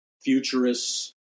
futurists